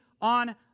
on